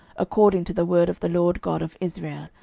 according to the word of the lord god of israel,